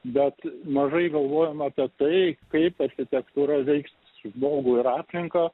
bet mažai galvojam apie tai kaip architektūra veiks žmogų ir aplinką